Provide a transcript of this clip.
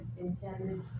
intended